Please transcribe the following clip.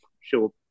sure